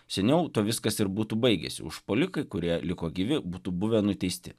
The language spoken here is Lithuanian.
seniau tuo viskas ir būtų baigęsi užpuolikai kurie liko gyvi būtų buvę nuteisti